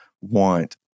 want